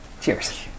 Cheers